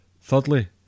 thirdly